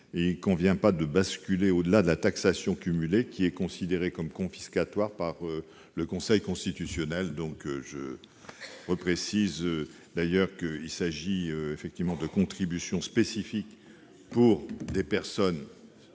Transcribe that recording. il ne convient pas de basculer au-delà de la taxation cumulée, qui est considérée comme confiscatoire par le Conseil constitutionnel. Je précise, par ailleurs, qu'il s'agit de contributions spécifiques s'appliquant à des personnes